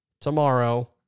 tomorrow